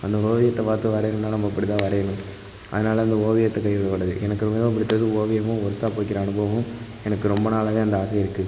அந்த ஓவியத்தை பார்த்து வரையிறதனால நம்ம அப்படி தான் வரையணும் அதனால் அந்த ஓவியத்தை கைவிடக்கூடாது எனக்கு மிகவும் பிடித்தது ஓவியமும் ஒர்க்ஷாப் வைக்கிற அனுபவமும் எனக்கு ரொம்ப நாளாகவே அந்த ஆசை இருக்குது